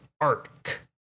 arc